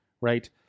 Right